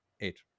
eight